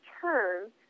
turn